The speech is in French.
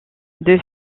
deux